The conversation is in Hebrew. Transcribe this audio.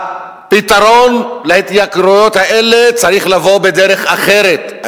הפתרון להתייקרויות האלה צריך לבוא בדרך אחרת.